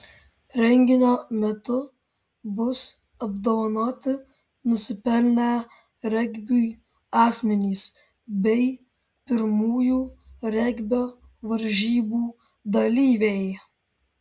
renginio metu bus apdovanoti nusipelnę regbiui asmenys bei pirmųjų regbio varžybų dalyviai